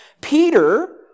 Peter